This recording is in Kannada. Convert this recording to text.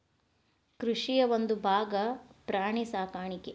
ಕೃಷಿಯ ಒಂದುಭಾಗಾ ಪ್ರಾಣಿ ಸಾಕಾಣಿಕೆ